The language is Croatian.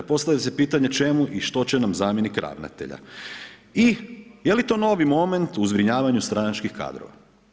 Postavlja se pitanje čemu i što će nam zamjenik ravnatelja i jeli to novi moment u zbrinjavanju stranačkih kadrova?